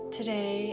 Today